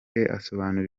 asobanura